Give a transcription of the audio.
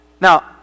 Now